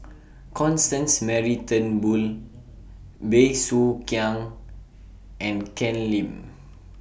Constance Mary Turnbull Bey Soo Khiang and Ken Lim